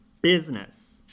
business